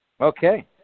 Okay